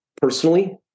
personally